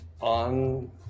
on